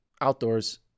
Outdoors